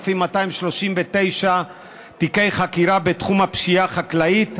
בין 2011 ל-2015 נפתחו 5,239 תיקי חקירה בתחום הפשיעה החקלאית,